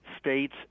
states